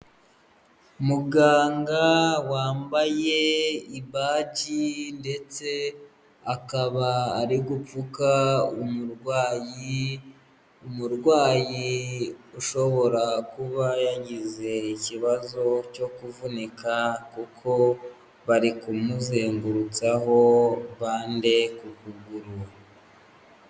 Muganga wambaye ibaji ndetse akaba ari gupfuka umurwayi. Umurwayi ushobora kuba yagize ikibazo cyo kuvunika kuko bari ku muzengurutsaho bande.